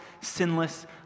sinless